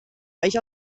euch